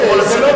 של כל השרים.